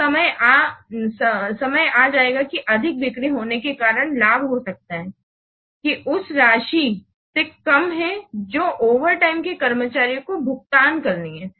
तो समय आ जाएगा कि अधिक बिक्री होने के कारण लाभ यह हो सकता है कि यह उस राशि से कम है जो ओवरटाइम में कर्मचारियों को भुगतान करनी है